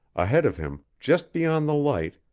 ahead of him, just beyond the light,